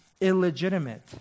illegitimate